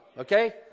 okay